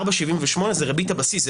4.78% זה ריבית הבסיס,